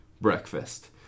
breakfast